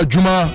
Juma